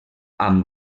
amb